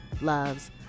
loves